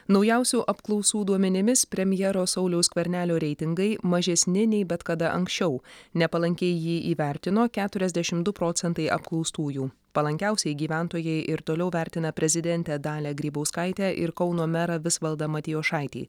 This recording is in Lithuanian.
naujausių apklausų duomenimis premjero sauliaus skvernelio reitingai mažesni nei bet kada anksčiau nepalankiai jį įvertino keturiasdešimt du procentai apklaustųjų palankiausiai gyventojai ir toliau vertina prezidentę dalią grybauskaitę ir kauno merą visvaldą matijošaitį